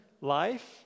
life